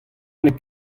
n’eo